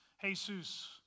Jesus